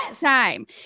time